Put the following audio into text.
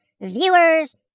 Viewers